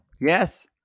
Yes